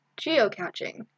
geocaching